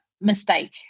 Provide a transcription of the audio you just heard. mistake